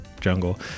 jungle